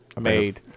Made